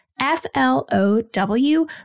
F-L-O-W